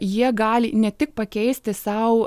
jie gali ne tik pakeisti sau